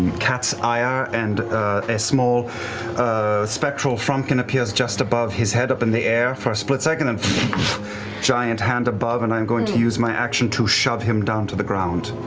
cat's ire and a small spectral frumpkin appears just above his head up in the air for a split second and giant hand above and i am going to use my action to shove him down to the ground.